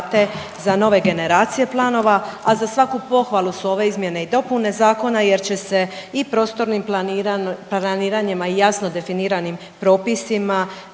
za nove generacije planova, a za svaku pohvalu su ove izmjene i dopune zakona jer će se i prostornim planiranjem, a i jasno definiranim propisima